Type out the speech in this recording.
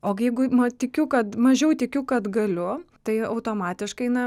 og jeigu nu tikiu kad mažiau tikiu kad galiu tai automatiškai na